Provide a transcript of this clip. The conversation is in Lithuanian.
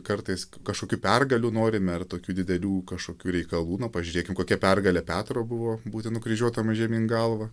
kartais kažkokių pergalių norime ar tokių didelių kažkokių reikalų na pažiūrėkim kokia pergalė petro buvo būti nukryžiuotam žemyn galva